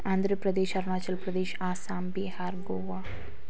Andhra Pradesh Arunachal Pradesh Assam Bihar Goa